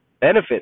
benefit